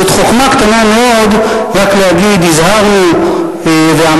זאת חוכמה קטנה מאוד רק להגיד: הזהרנו ואמרנו,